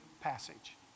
passage